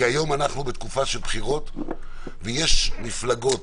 כי היום אנחנו בתקופה של בחירות ויש מפלגות